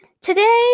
today